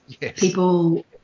People